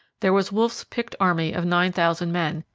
there was wolfe's picked army of nine thousand men,